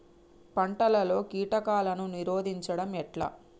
పంటలలో కీటకాలను నిరోధించడం ఎట్లా?